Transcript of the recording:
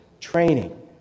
Training